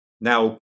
Now